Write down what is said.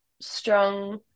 strong